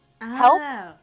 help